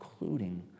including